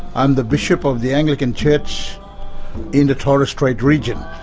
i'm the bishop of the anglican church in the torres strait region,